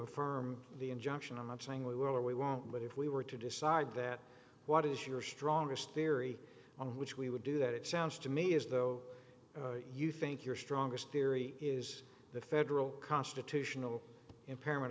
affirm the injunction and watching we were we won't but if we were to decide that what is your strongest theory on which we would do that it sounds to me as though you think your strongest theory is the federal constitutional impairment